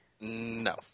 No